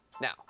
Now